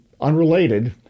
unrelated